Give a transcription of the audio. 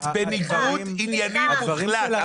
את בניגוד עניינים מוחלט.